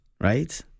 Right